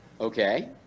Okay